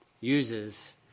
uses